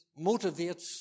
motivates